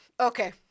Okay